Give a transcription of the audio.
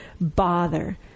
bother